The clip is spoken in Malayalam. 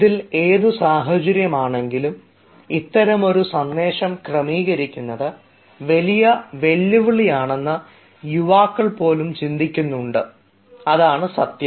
ഇതിൽ ഏതു സാഹചര്യം ആണെങ്കിലും ഇത്തരമൊരു സന്ദേശം ക്രമീകരിക്കുന്നത് വലിയ വെല്ലുവിളിയാണെന്ന് യുവാക്കൾ പോലും ചിന്തിക്കുന്നുണ്ട് എന്നതാണ് സത്യം